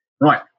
Right